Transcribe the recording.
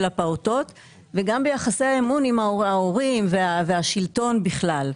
הפעוטות וגם ביחסי האמון עם ההורים והשלטון בכלל.